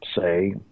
say